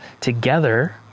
Together